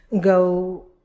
go